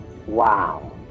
Wow